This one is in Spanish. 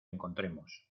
encontremos